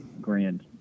grand